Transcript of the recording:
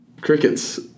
crickets